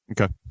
Okay